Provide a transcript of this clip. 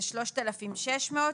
3,600 שקלים.